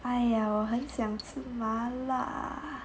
哎呀我很想吃麻辣